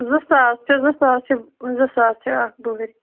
زٕ ساس چھِ زٕ ساس چھِ زٕ ساس چھِ اَکھ بُہُرۍ